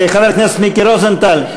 חבר הכנסת מיקי רוזנטל.